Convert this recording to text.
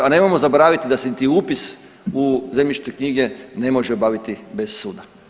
A nemojmo zaboraviti da se niti upis u zemljišne knjige ne može obaviti bez suda.